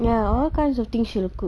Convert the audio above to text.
ya all kinds of thing she will cook